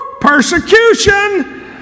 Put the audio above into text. persecution